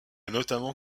notamment